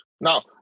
Now